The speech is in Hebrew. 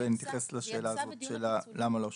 ונתייחס לשאלה הזאת של למה לא שולם.